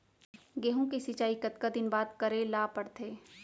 गेहूँ के सिंचाई कतका दिन बाद करे ला पड़थे?